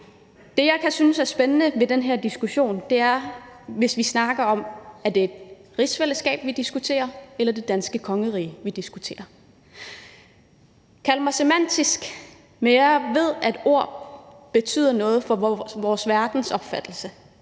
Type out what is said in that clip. Det, jeg kan synes er spændende ved den her diskussion, er, om det er rigsfællesskabet, vi diskuterer, eller om det er det danske kongerige, vi diskuterer. Kald mig semantisk, men jeg ved, at ord betyder noget for vores verdensopfattelse,